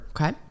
Okay